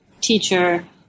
teacher